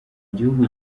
gihugu